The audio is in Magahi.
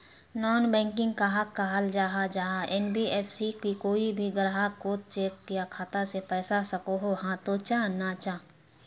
नॉन बैंकिंग कहाक कहाल जाहा जाहा एन.बी.एफ.सी की कोई भी ग्राहक कोत चेक या खाता से पैसा सकोहो, हाँ तो चाँ ना चाँ?